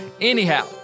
Anyhow